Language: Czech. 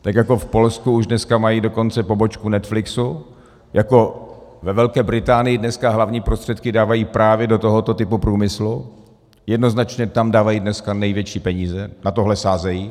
Tak jako v Polsku už dneska mají dokonce pobočku Netflixu, jako ve Velké Británii dneska hlavní prostředky dávají právě do tohoto typu průmyslu, jednoznačně tam dávají dneska největší peníze, na tohle sázejí.